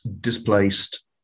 displaced